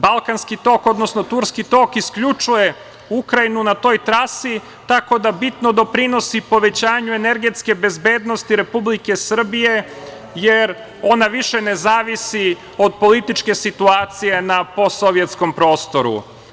Balkanski tok, odnosno Turski tok isključuje Ukrajinu na toj trasi, tako da bitno doprinosi povećanju energetske bezbednosti Republike Srbije, jer ona više ne zavisi od političke situacije na posovjetskom prostoru.